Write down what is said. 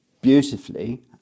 beautifully